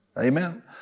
Amen